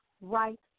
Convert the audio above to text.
right